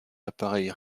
appareil